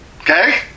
Okay